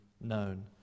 known